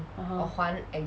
(uh huh)